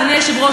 אדוני היושב-ראש,